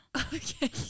Okay